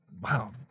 wow